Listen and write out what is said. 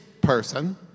person